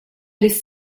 lis